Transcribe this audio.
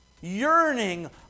Yearning